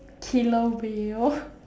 killer whale